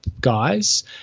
guys